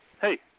Hey